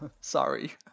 Sorry